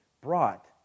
brought